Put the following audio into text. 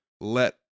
let